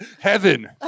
heaven